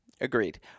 Agreed